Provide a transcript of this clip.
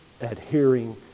adhering